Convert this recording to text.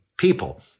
people